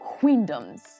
queendoms